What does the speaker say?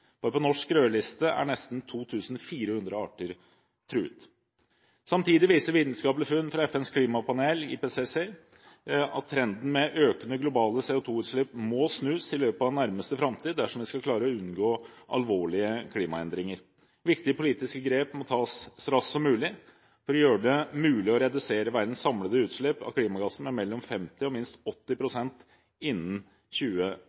Bare på Norsk rødliste er nesten 2 400 arter truet. Samtidig viser vitenskapelige funn fra FNs klimapanel, IPCC, at trenden med økende globale CO2-utslipp må snus i løpet av nærmeste framtid dersom vi skal klare å unngå alvorlige klimaendringer. Viktige politiske grep må tas så raskt som mulig for å gjøre det mulig å redusere verdens samlede utslipp av klimagasser med mellom 50 og minst 80